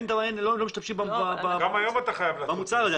לא משתמשים במוצר הזה.